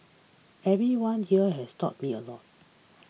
everyone here has taught me a lot